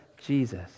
Jesus